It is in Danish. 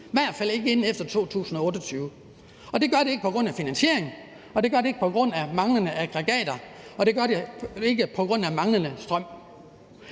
i hvert fald ikke før efter 2028. Det gør det ikke på grund af finansieringen, det gør det ikke på grund af manglende aggregater, og det gør det ikke på grund af manglende strøm.